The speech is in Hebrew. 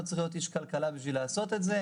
לא צריך להיות איש כלכלה כדי לעשות את זה.